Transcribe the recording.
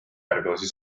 järglasi